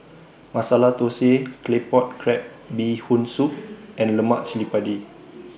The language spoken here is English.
Masala Thosai Claypot Crab Bee Hoon Soup and Lemak Cili Padi